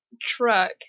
truck